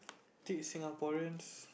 did Singaporeans